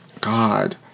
...God